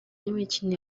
n’imikino